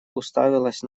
уставилась